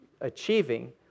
achieving